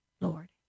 Lord